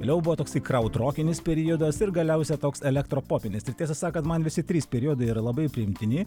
liau buvo toksai kraud rokinis periodas ir galiausiai toks elektro popinis ir tiesą sakant man visi trys periodai yra labai priimtini